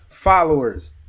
Followers